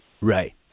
Right